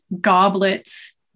goblets